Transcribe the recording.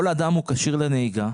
כל אדם הוא כשיר לנהיגה,